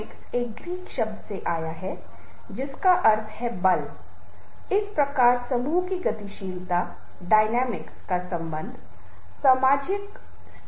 इसलिए हमेशा आप पाते हैं कि एक व्यक्ति है जो हमारा मार्गदर्शन करता है एक ऐसा व्यक्ति है जो हमारी अगुवाई करता है हमारी समस्या का प्रबंधन करता है और मार्ग दिखाता है